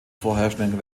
vorherrschenden